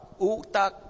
utak